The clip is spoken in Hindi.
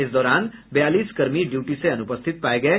इस दौरान बयालीस कर्मी ड्यूटी से अनुपस्थित पाये गये